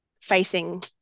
facing